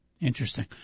Interesting